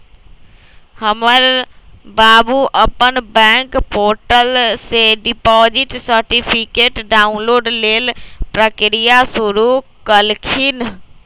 हमर बाबू अप्पन बैंक पोर्टल से डिपॉजिट सर्टिफिकेट डाउनलोड लेल प्रक्रिया शुरु कलखिन्ह